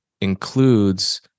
includes